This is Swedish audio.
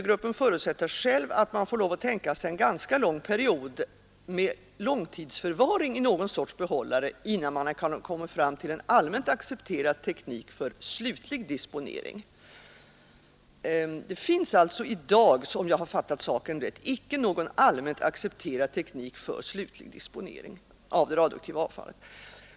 Gruppen förutsätter själv att man får lov att tänka sig en ganska lång tid av långtidsförvaring i någon sorts behållare, innan man kan ha kommit fram till en allmänt accepterad teknik för slutlig disponering. Det finns alltså i dag — om jag har fattat saken rätt icke någon allmänt accepterad teknik för slutlig disponering av det radioaktiva avfallet.